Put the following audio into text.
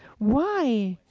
why